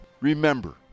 Remember